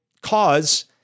cause